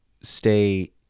stay